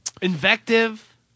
invective